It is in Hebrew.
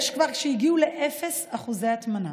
ויש שהגיעו כבר ל-0% הטמנה.